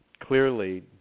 Clearly